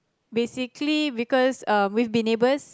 basically because um we've been neighbours